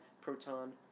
Proton